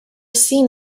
seen